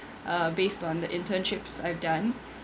uh based on the internships I've done